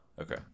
Okay